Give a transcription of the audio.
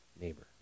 neighbor